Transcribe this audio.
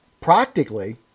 Practically